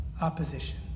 opposition